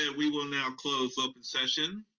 and we will now close open session,